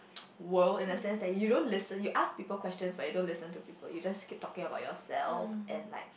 world in the sense that you don't listen you ask people question but you don't listen to people you just keep talking about yourself and like